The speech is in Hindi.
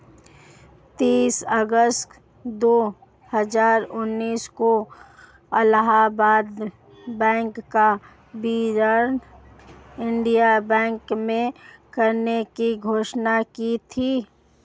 तीस अगस्त दो हजार उन्नीस को इलाहबाद बैंक का विलय इंडियन बैंक में करने की घोषणा की थी